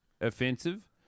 offensive